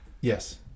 Yes